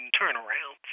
turnaround